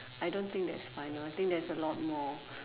I don't think that's final I think there's a lot more